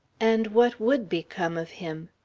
and what would become of him?